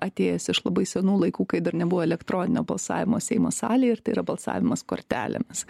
atėjęs iš labai senų laikų kai dar nebuvo elektroninio balsavimo seimo salėj ir tai yra balsavimas kortelėmis